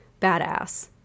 badass